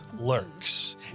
Lurks